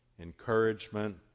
encouragement